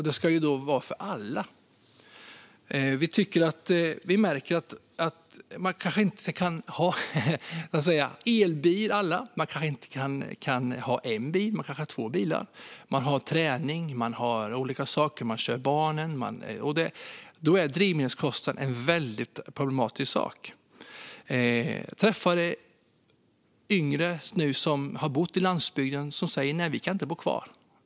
Det ska då ske för alla. Alla kanske inte kan ha elbil. Man kanske inte kan ha bara en bil utan behöver två bilar. Man har träningar och andra saker att köra till. Man skjutsar barnen. Då är drivmedelskostnaden något väldigt problematiskt. Jag har träffat yngre personer som har bott på landsbygden och som har sagt: Vi kan inte bo kvar.